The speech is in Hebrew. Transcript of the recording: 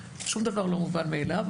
שום דבר לא מובן מאליו,